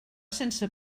sense